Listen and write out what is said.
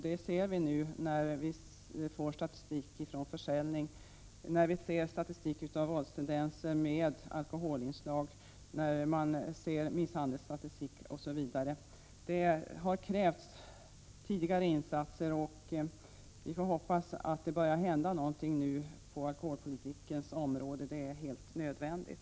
Det ser vi nu, när vi får statistik från försäljning, statistik över våldstendenser med alkoholinslag, misshandelsstatistik osv. Det krävs tidigare insatser, och vi får hoppas att det nu börjar hända någonting på alkoholpolitikens område; det är helt nödvändigt.